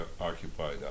occupied